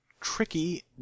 Tricky